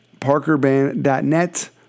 parkerband.net